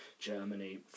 Germany